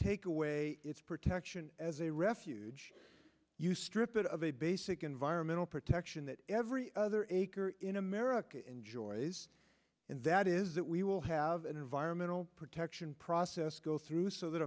take away its protection as a refuge you strip it of a basic environmental protection that every other acre in america enjoys and that is that we will have an environmental protection process go through so that